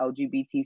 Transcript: LGBT